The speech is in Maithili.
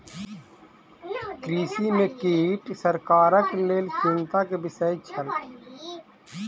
कृषि में कीट सरकारक लेल चिंता के विषय छल